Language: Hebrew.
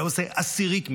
היה עושה עשירית מזה,